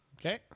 okay